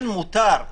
כן מותר,